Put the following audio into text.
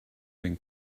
been